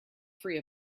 free